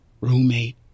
Roommate